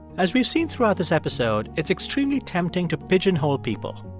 as we've seen throughout this episode, it's extremely tempting to pigeonhole people.